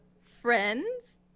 friends